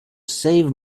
save